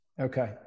Okay